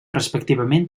respectivament